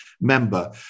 member